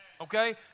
okay